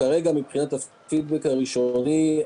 שמבחינת הפידבק הראשוני,